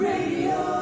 Radio